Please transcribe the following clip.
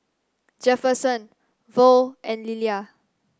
Jefferson Vaughn and Lilia